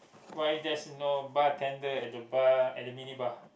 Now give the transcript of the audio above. why there's no bartender at the bar at the mini bar